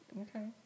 Okay